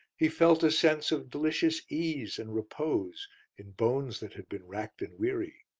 he felt a sense of delicious ease and repose in bones that had been racked and weary,